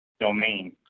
domain